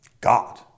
God